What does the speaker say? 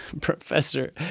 professor